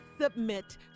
Submit